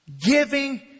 giving